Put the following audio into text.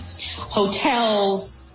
hotels